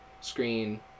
screen